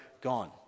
gone